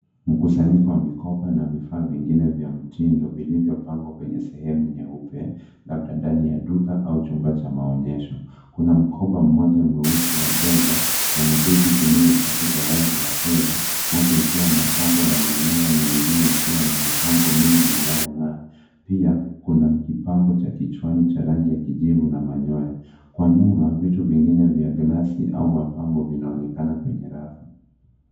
Mkusanyiko wa mikoba na vifaa vingine vya mtindo vilivyopangwa kwenye sehemu nyeupe labda ndani ya duka au chumba cha maonyesho. Kuna mkoba mmoja mweusi wa bega na mabegi zingine tatu za rangi ya fedha moja ikiwa na pambo la manyoya na ingine ikiwa na mapambo mengi yanayong'aa. Pia kuna kipambo cha kichwani cha rangi ya kijivu na manyoya. Kwa nyuma, vitu vingine vya glasi au mapambo vinaonekana kwenye rafu.